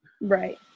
Right